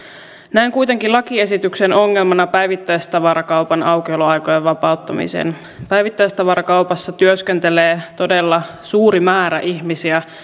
näen kuitenkin lakiesityksen ongelmana päivittäistavarakaupan aukioloaikojen vapauttamisen päivittäistavarakaupassa työskentelee todella suuri määrä ihmisiä